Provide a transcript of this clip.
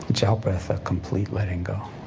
each out breath a complete letting go.